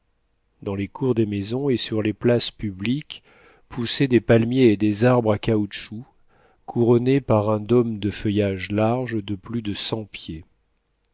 dans les cours des maisons et sur les places publiques poussaient des palmiers et des arbres à caoutchouc couronnés par un dôme de feuillage large de plus de cent pieds